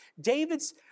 David's